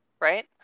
right